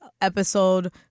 episode